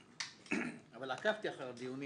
אבל עקבתי אחר הדיונים.